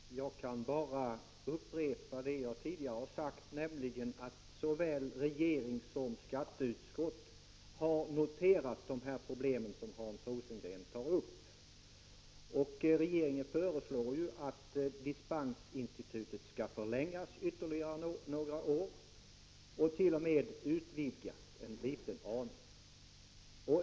Herr talman! Jag kan bara upprepa det som jag tidigare har sagt, nämligen att såväl regeringen som skatteutskottet har noterat de problem som Hans Rosengren tar upp. Regeringen föreslår ju att dispensinstitutet skall förlängas ytterligare några år och t. om. utvidgas en liten aning.